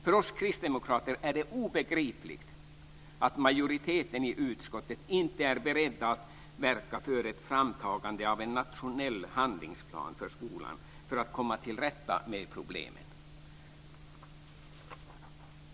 För oss kristdemokrater är det obegripligt att majoriteten i utskottet inte är beredd att verka för ett framtagande av en nationell handlingsplan för skolan för att komma till rätta med problemen.